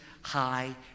high